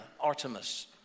Artemis